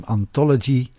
Anthology